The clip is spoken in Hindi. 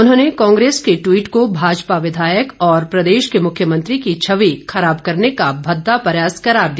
उन्होंने कांग्रेस के ट्विट को भाजपा विधायक और प्रदेश के मुख्यमंत्री की छवि खराब करने का भद्दा प्रयास करार दिया